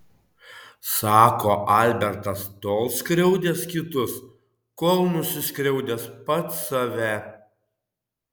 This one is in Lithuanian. sako albertas tol skriaudęs kitus kol nusiskriaudęs pats save